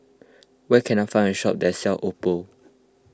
where can I find a shop that sells Oppo